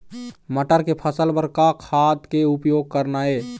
मटर के फसल बर का का खाद के उपयोग करना ये?